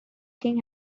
king